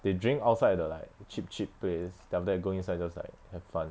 they drink outside the like cheap cheap place then after go inside just like have fun